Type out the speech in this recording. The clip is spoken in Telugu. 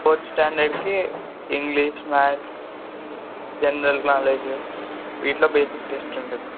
ఫోర్త్ స్టాండర్డ్కి ఇంగ్లీష్ మ్యాథ్స్ జనరల్ నాలెడ్జ్ వీటిలో బేసిక్ టెస్ట్ ఉంటుంది